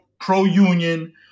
pro-union